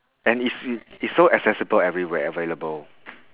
and it's it's so accessible everywhere available